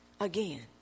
again